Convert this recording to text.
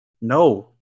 no